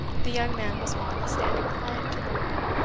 the young man was modest and inclined to learning,